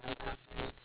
sense